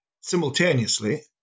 simultaneously